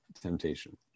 temptation